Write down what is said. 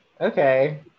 Okay